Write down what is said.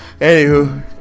anywho